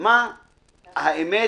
מה האמת